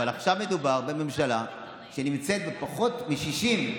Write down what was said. אבל עכשיו מדובר בממשלה שנמצאת עם פחות מ-60,